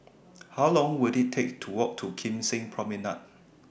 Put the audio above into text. How Long Will IT Take to Walk to Kim Seng Promenade